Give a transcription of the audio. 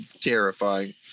terrifying